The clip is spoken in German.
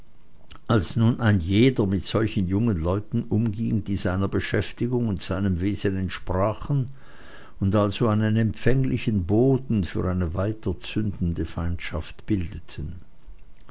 als nun ein jeder mit solchen jungen leuten umging die seiner beschäftigung und seinem wesen entsprachen und also einen empfänglichen boden für eine weiterzündende feindschaft bildeten